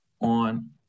on